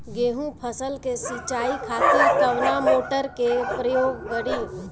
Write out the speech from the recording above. गेहूं फसल के सिंचाई खातिर कवना मोटर के प्रयोग करी?